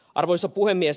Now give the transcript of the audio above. arvoisa puhemies